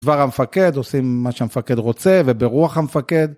כבר המפקד, עושים מה שהמפקד רוצה, וברוח המפקד.